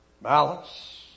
malice